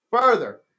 Further